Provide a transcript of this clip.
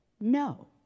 no